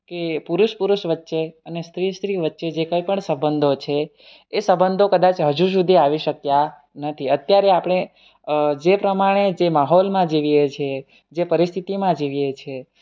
કે પુરુષ પુરુષ વચ્ચે અને સ્ત્રી સ્ત્રી વચ્ચે જે કંઈ પણ સંબંધો છે એ સંબંધો કદાચ હજુ સુધી આવી શક્યા નથી અત્યારે આપણે જે પ્રમાણે જે માહોલમાં જીવિએ છીએ જે પરિસ્થિતિમાં જીવીએ છીએ